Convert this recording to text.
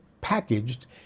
packaged